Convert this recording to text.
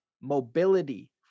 mobility